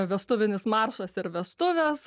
vestuvinis maršas ir vestuvės